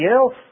else